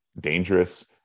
dangerous